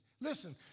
Listen